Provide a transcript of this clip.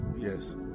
Yes